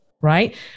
right